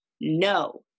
no